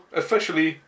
officially